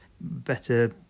better